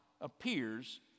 appears